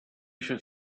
should